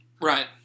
Right